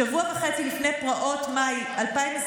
שבוע וחצי לפני פרעות מאי 2021,